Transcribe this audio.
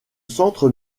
centre